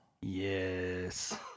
yes